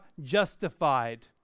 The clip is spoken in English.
justified